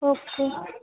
okay